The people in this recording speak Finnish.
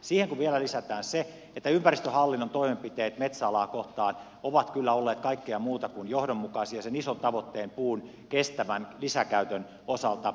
siihen kun vielä lisätään se että ympäristöhallinnon toimenpiteet metsäalaa kohtaan ovat kyllä olleet kaikkea muuta kuin johdonmukaisia sen ison tavoitteen puun kestävän lisäkäytön osalta